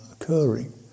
occurring